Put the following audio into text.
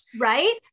Right